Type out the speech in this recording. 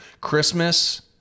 Christmas